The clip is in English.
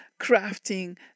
crafting